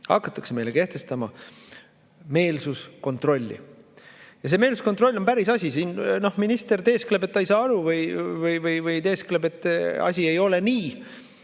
hakatakse meile kehtestama meelsuskontrolli. See meelsuskontroll on päris asi. Siin minister teeskleb, et ta ei saa aru, või teeskleb, et asi ei ole nii.